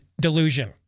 delusion